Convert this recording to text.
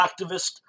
activist